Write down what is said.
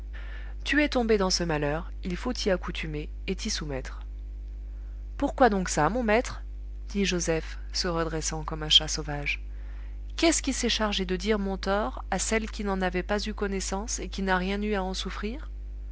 tu es tombé dans ce malheur il faut t'y accoutumer et t'y soumettre pourquoi donc ça mon maître dit joseph se redressant comme un chat sauvage qu'est-ce qui s'est chargé de dire mon tort à celle qui n'en avait pas eu connaissance et qui n'a rien eu à en souffrir